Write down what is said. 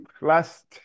last